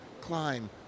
climb